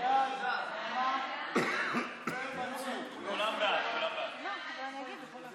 ההצעה להעביר את הצעת חוק איסור אלימות